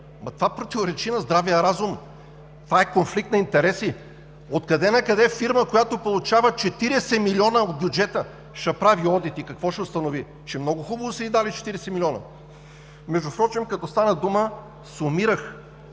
това противоречи на здравия разум. Това е конфликт на интереси! Откъде накъде фирма, която получава 40 милиона от бюджета, ще прави одит? И какво ще установи? Че много хубаво са ѝ дали 40 милиона! Между другото, като стана дума – сумирах,